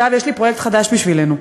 סתיו, יש לי פרויקט חדש בשבילנו: